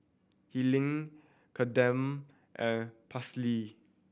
Helyn Kadeem and Paisley